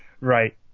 Right